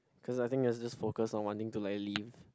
cause I think it was just focused on wanting to like leave